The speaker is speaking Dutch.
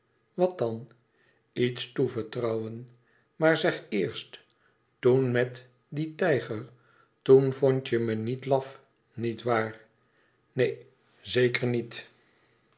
wat dan iets toevertrouwen maar zeg eerst toen met dien tijger toen vondt je me niet laf niet waar neen zeker niet